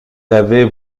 l’avait